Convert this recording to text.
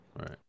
Right